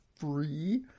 free